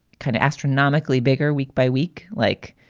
kind of astronomically bigger week by week. like,